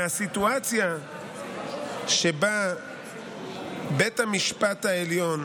והסיטואציה שבה בית המשפט העליון